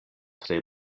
tre